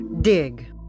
Dig